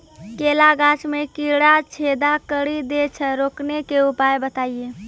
केला गाछ मे कीड़ा छेदा कड़ी दे छ रोकने के उपाय बताइए?